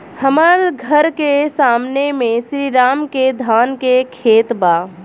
हमर घर के सामने में श्री राम के धान के खेत बा